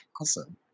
Awesome